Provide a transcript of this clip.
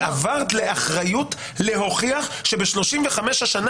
ועברת לאחריות להוכיח שב-35 השנה